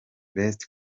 best